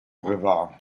river